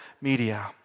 media